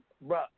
bro